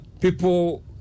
people